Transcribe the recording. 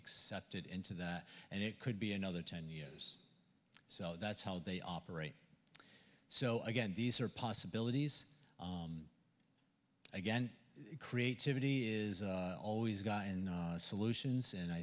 accepted into that and it could be another ten years so that's how they operate so again these are possibilities again creativity is always a guy in solutions and i